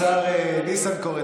השר ניסנקורן,